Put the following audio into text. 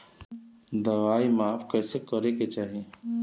दवाई माप कैसे करेके चाही?